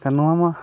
ᱮᱱᱠᱷᱟᱱ ᱱᱚᱣᱟ ᱢᱟ